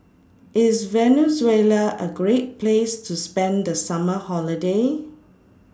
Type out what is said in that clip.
IS Venezuela A Great Place to spend The Summer Holiday